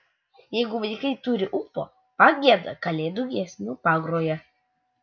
jeigu vaikai turi ūpo pagieda kalėdų giesmių pagroja